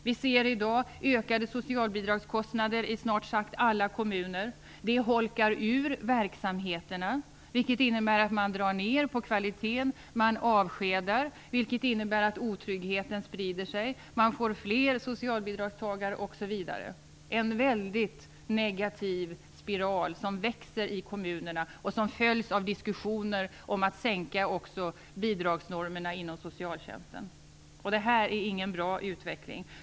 Vi ser i dag ökade socialbidragskostnader i snart sagt alla kommuner. Det holkar ur verksamheterna, vilket innebär att man drar ned på kvaliteten. Man avskedar, vilket innebär att otryggheten sprider sig. Man får fler socialbidragstagare osv. Det är en väldigt negativ spiral som växer i kommunerna och som följs av diskussioner om att sänka också bidragsnormerna inom socialtjänsten. Det är ingen bra utveckling.